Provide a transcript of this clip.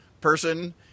person